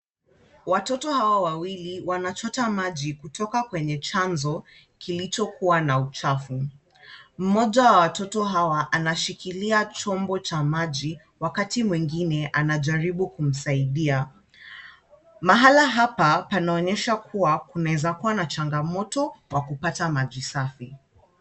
Watoto hawa wawili wanachota maji kutoka kwenye chanzo kilichokuwa na uchafu. Mmoja wa watoto hawa anashikilia chombo cha maji, wakati mwingine anajaribu kumsaidia. Mahala hapa panaonyesha kuwa, kunawezakuwa na changamoto wa kupata maji safi.